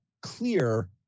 clear